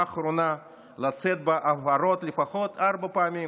האחרונה לצאת בהבהרות לפחות ארבע פעמים.